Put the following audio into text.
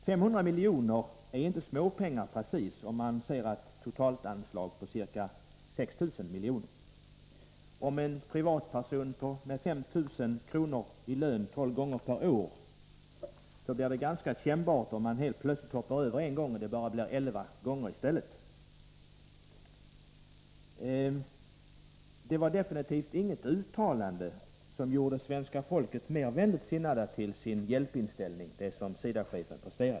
500 milj.kr. är inte precis småpengar med tanke på att det totala anslaget är ca 6 000 milj. För en privatperson som får 5 000 kr. i lön tolv gånger per år skulle det bli ganska kännbart om man plötsligt hoppade över en gång och han fick lön bara elva gånger. SIDA-chefens uttalande var absolut inte något som gjorde att svenska folket fick en positivare inställning till biståndsverksamheten.